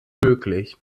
möglich